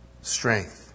strength